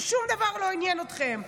ששום דבר לא עניין אתכם.